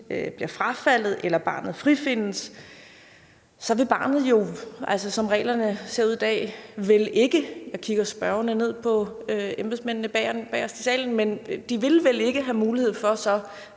bliver frafaldet eller barnet frifindes, vil barnet jo, som reglerne ser ud i dag, vel ikke – og jeg kigger spørgende ned på embedsmændene bagest i salen – have mulighed for så